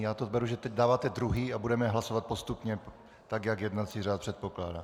Já to beru, že teď dáváte druhý a budeme hlasovat postupně tak, jak jednací řád předpokládá.